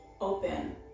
open